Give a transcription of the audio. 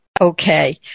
okay